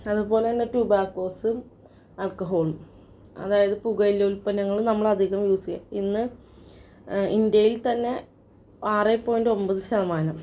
അതുപോലതന്നെ ടുബാക്കോസും ആൽക്കഹോളും അതായത് പുകയില ഉത്പന്നങ്ങൾ നമ്മളധികം യൂസ് ചെയ്യുക ഇന്ന് ഇന്ത്യയിൽ തന്നെ ആറെ പോയിൻറ്റ് ഒൻപത് ശതമാനം